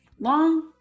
long